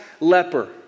leper